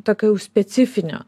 tokio jau specifinio